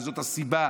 וזאת הסיבה